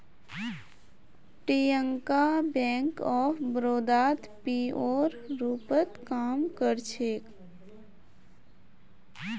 Priyanka bank of बड़ौदात पीओर रूपत काम कर छेक